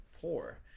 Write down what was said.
poor